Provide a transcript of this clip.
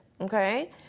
okay